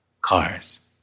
cars